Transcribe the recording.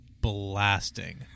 blasting